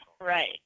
Right